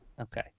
Okay